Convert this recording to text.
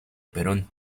perón